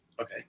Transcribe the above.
Okay